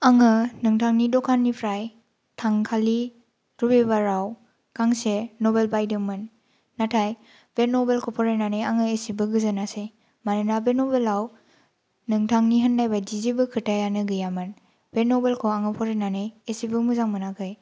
आङो नोंथांनि दखाननिफ्राय थांखालि रबिबाराव गांसे नबेल बायदोंमोन नाथाय बे नबेलखौ फरायनानै आङो एसेबो गोजोनासै मानोना बे नबेलाव नोंथांनि होननायबादि जेबो खोथायानो गैयामोन बे नबेलखौ आङो फरायनानै एसेबो मोजां मोनाखै